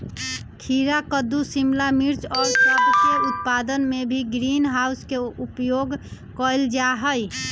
खीरा कद्दू शिमला मिर्च और सब के उत्पादन में भी ग्रीन हाउस के उपयोग कइल जाहई